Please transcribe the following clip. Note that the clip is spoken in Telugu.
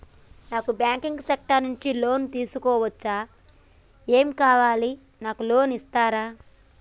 నాకు బ్యాంకింగ్ సెక్టార్ నుంచి లోన్ తీసుకోవచ్చా? ఏమేం కావాలి? నాకు లోన్ ఇస్తారా?